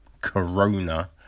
corona